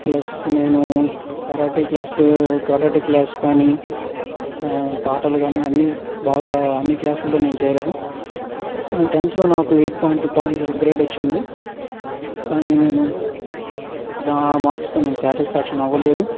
plus నేను karate క్లాస్లు karate class కానీ పాటలు కానీ అన్ని బాగా అన్ని క్లాసుల్లో నేను చేరాను టెంత్లో నాకు eight point two point grade వచ్చింది కానీ నేను ఆ మార్క్స్ నేను స్యాటిస్ఫ్యాక్షన్ అవ్వలేదు